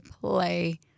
play